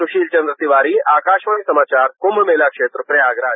सुशील चन्द्र तिवारी आकाशवाणी समाचार कुंग मेला क्षेत्र प्रयागराज